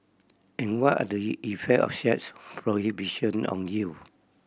and what are the effect of such prohibition on youth